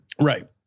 Right